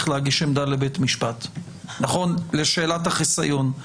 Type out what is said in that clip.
להגיש עמדה לבית המשפט לשאלת החיסיון.